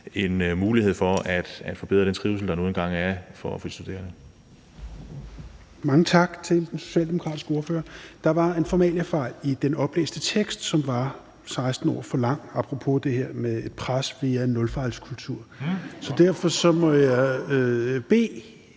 en mulighed for at forbedre den trivsel, der nu engang er for de studerende. Kl. 20:56 Fjerde næstformand (Rasmus Helveg Petersen): Mange tak til den socialdemokratiske ordfører. Der var en formaliafejl i den oplæste tekst, som var 16 ord for lang – apropos det her med et pres via en nulfejlskultur. Så derfor må jeg bede